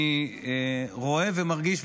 אני רואה ומרגיש,